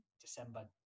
December